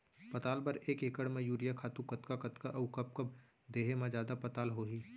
पताल बर एक एकड़ म यूरिया खातू कतका कतका अऊ कब कब देहे म जादा पताल होही?